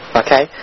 okay